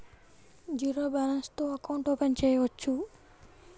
Zero balance తో account open చేయవచ్చు?